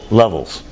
levels